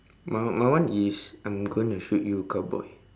my my one is I'm gonna shoot you cowboy